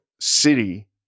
city